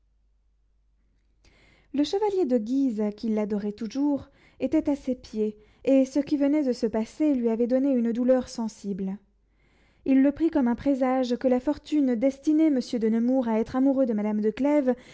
le chevalier de guise qui l'adorait toujours était à ses pieds et ce qui se venait de passer lui avait donné une douleur sensible il prit comme un présage que la fortune destinait monsieur de nemours à être amoureux de madame